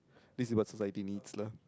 this is about society needs lah